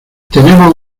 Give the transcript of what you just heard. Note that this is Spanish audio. tenemos